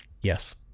yes